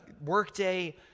workday